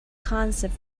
concept